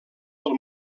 del